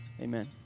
Amen